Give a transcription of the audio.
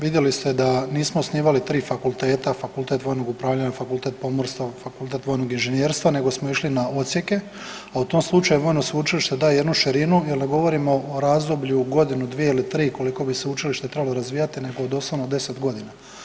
Vidjeli ste da nismo osnivali 3 fakulteta, fakultet vojnog upravljanja, fakultet pomorstva, fakultet vojnog inženjerstva, nego smo išli na odsjeke, a u tom slučaju vojno sveučilište daje jednu širinu jer ne govorimo o razdoblju godinu, dvije ili tri koliko bi sveučilište trebalo razvijati nego o doslovno 10 godina.